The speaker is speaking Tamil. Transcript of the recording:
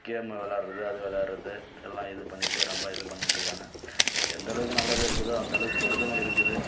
கேமு விளாடுறது அது விளாடுறது எல்லாம் இது பண்ணிட்டு ரொம்ப இது பண்ணிட்டுருக்காங்க எந்த அளவுக்கு நல்லது இருக்குதோ அந்த அளவுக்கு கெடுதலும் இருக்குது